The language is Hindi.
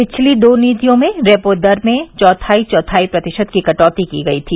पिछली दो नीतियों में रेपो दर में चौथाई चौथाई प्रतिशत की कटौती की गई थी